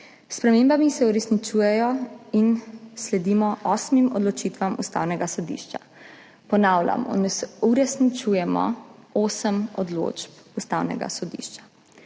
spremembami uresničujemo in sledimo osmim odločitvam Ustavnega sodišča. Ponavljam, uresničujemo osem odločb Ustavnega sodišča.